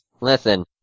Listen